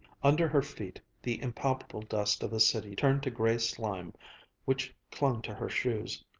under her feet the impalpable dust of a city turned to gray slime which clung to her shoes.